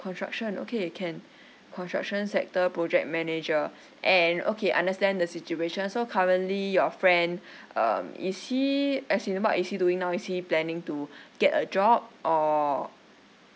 construction okay can construction sector project manager and okay understand the situation so currently your friend um is he actually what is he doing now is he planning to get a job or